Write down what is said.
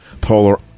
polar